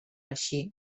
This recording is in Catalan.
així